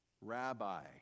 rabbi